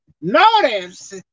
Notice